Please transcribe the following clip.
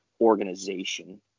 organization